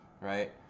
right